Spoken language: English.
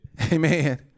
Amen